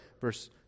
verse